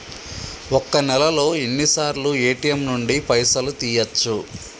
ఒక్క నెలలో ఎన్నిసార్లు ఏ.టి.ఎమ్ నుండి పైసలు తీయచ్చు?